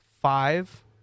five